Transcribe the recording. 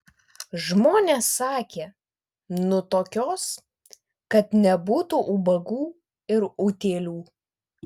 žmonės sakė nu tokios kad nebūtų ubagų ir utėlių